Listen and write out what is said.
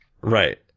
Right